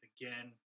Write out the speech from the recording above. again